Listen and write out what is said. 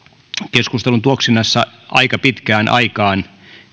keskustelun tuoksinassa aika pitkään aikaan